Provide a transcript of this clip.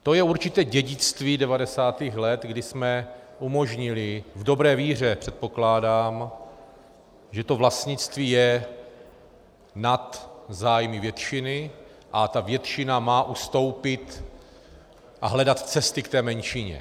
To je určité dědictví 90. let, kdy jsme umožnili, v dobré víře předpokládám, že vlastnictví je nad zájmy většiny a ta většina má ustoupit a hledat cesty k té menšině.